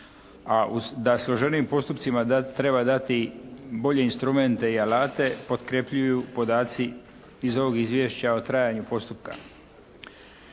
a da složenijim postupcima da treba dati bolje instrumente i alate potkrepljuju podaci iz ovog izvješća o trajanju postupka.